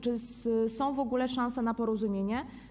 Czy są w ogóle szanse na porozumienie?